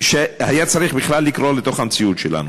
שלא היה צריך בכלל לקרות בתוך המציאות שלנו.